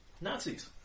Nazis